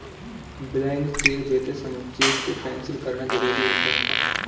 blank cheque देते समय cheque को कैंसिल करना जरुरी होता है